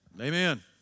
amen